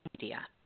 media